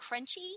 crunchy